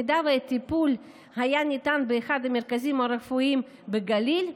אם הטיפול היה ניתן באחד המרכזים הרפואיים בגליל,